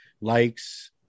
likes